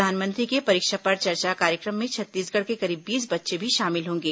प्रधानमंत्री के परीक्षा पर चर्चा कार्यक्रम में छत्तीसगढ़ के करीब बीस बच्चे भी शामिल होंगे